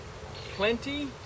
plenty